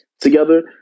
together